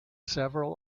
several